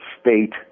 state